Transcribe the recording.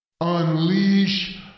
Unleash